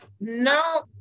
no